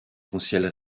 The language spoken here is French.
conseil